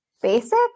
basic